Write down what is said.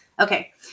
okay